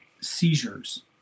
seizures